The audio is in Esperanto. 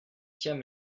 tiam